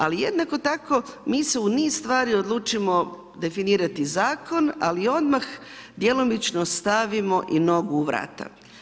Ali jednako tako mi se u niz stvari odlučujemo definirati zakon, ali odmah djelomično stavimo i nogu u vrata.